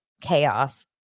chaos